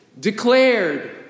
declared